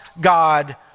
God